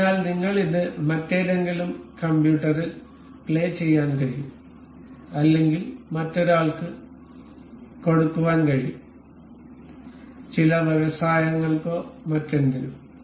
അതിനാൽ നിങ്ങൾക്ക് ഇത് മറ്റേതെങ്കിലും കമ്പ്യൂട്ടറിൽ പ്ലേ ചെയ്യാൻ കഴിയും അല്ലെങ്കിൽ മറ്റൊരാൾക്ക് കൊടുക്കാൻ കഴിയും ചില വ്യവസായങ്ങൾക്കോ മറ്റെന്തിനും